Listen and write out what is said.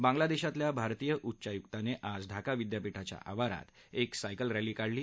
बांग्लादेशातल्या भारतीय उच्चायुक्तान आज ढाका विद्यापीठाच्या आवारात एक सायकल रॅली काढण्यात आली